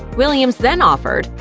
williams then offered,